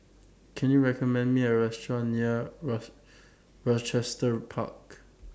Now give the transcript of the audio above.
Can YOU recommend Me A Restaurant near rough Rochester Park